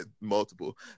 multiple